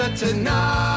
tonight